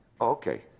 okay